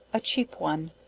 a cheap one,